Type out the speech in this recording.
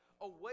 away